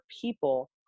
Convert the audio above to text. people